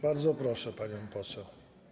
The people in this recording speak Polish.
Bardzo proszę panią poseł.